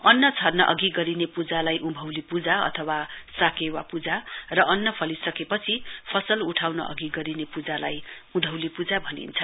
अन्न छर्नअघि गरिने पूजालाई उभौंली पूजा अथवा साकेवा पूजा र अन्न फलिसकेपछि फसल उठाउन अघि गरिने पूजालाई उधौंली पूजा भनिन्छ